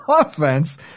offense